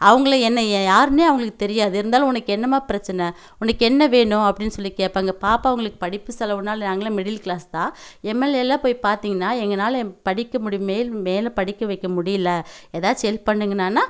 அவங்களும் என்னை யாருனே அவங்களுக்கு தெரியாது இருந்தாலும் உனக்கு என்னம்மா பிரச்சனை உனக்கு என்ன வேணும் அப்படின்னு சொல்லி கேட்பாங்க பாப்பாங்களுக்கு படிப்பு செலவுனாலும் நாங்களே மிடில் க்ளாஸ் தான் எம் எல் ஏலாம் போய் பார்த்தீங்கன்னா எங்களால ஏன் படிக்க முடியலை மேல் மேலே படிக்க வைக்க முடியலை எதாச்சு ஹெல்ப் பண்ணுங்கணானா